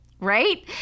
right